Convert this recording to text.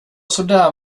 sådär